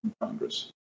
Congress